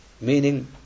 meaning